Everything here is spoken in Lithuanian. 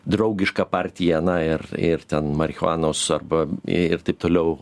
draugiška partija na ir ir ten marichuanos arba ir taip toliau